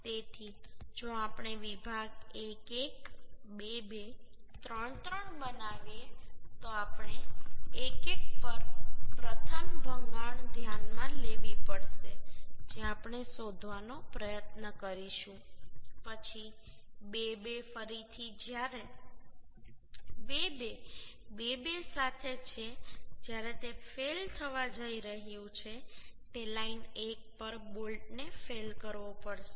તેથી જો આપણે વિભાગ 1 1 2 2 3 3 બનાવીએ તો આપણે 1 1 પર પ્રથમ ભંગાણ ધ્યાનમાં લેવી પડશે જે આપણે શોધવાનો પ્રયત્ન કરીશું પછી 2 2 ફરીથી જ્યારે 2 2 2 2 સાથે છે જ્યારે તે ફેલ થવા જઈ રહ્યું છે તે લાઇન 1 પર બોલ્ટને ફેલ કરવો પડશે